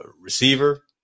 receiver